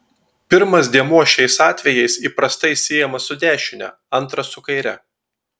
pirmas dėmuo šiais atvejais įprastai siejamas su dešine antras su kaire